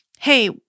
hey